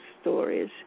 stories